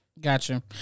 Gotcha